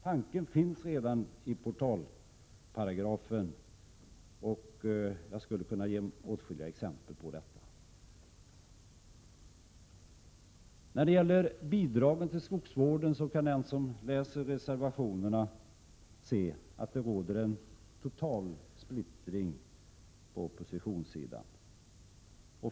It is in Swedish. Tanken finns redan i protalparagrafen, och jag skulle kunna ge åtskilliga exempel på detta. När det gäller bidragen till skogsvården kan den som läser reservationerna se att det råder en total splittring på oppositionssidan.